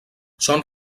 són